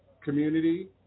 community